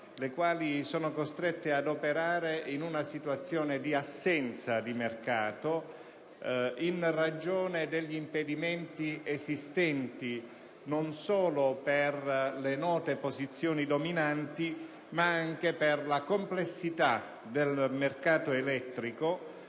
Queste sono costrette ad operare in una situazione di assenza di mercato, in ragione degli impedimenti esistenti non solo per le note posizioni dominanti, ma anche per la complessità del mercato elettrico,